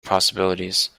possibilities